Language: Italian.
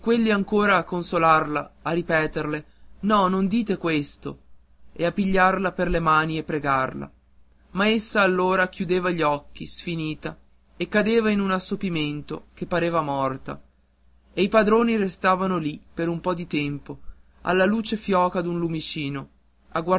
ancora a consolarla a ripeterle no non dite questo e a pigliarla per le mani e a pregarla ma essa allora chiudeva gli occhi sfinita e cadeva in un assopimento che pareva morta e i padroni restavano lì un po di tempo alla luce fioca d'un lumicino